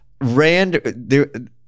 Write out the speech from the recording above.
Rand